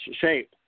shape